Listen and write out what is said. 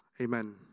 amen